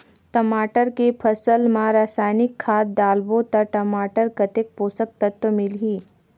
टमाटर के फसल मा रसायनिक खाद डालबो ता टमाटर कतेक पोषक तत्व मिलही?